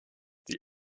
die